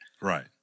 right